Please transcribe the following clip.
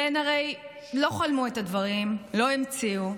והן הרי לא חלמו את הדברים, לא המציאו,